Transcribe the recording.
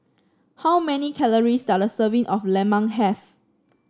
how many calories does a serving of lemang have